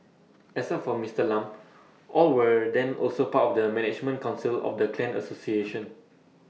except for Mister Lam all were then also part of the management Council of the clan association